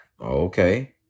okay